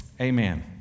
Amen